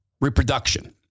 reproduction